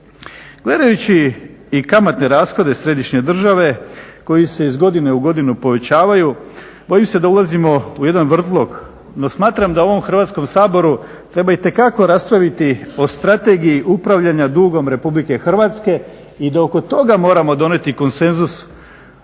Gledajući i kamatne rashode središnje države koji se iz godine u godinu povećavaju bojim se da ulazimo u jedan vrtlog. No smatram da u ovom Hrvatskom saboru treba itekako raspraviti o Strategiji upravljanja dugom RH i da oko toga moramo donijeti konsenzus